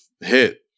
hit